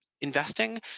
investing